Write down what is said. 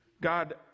God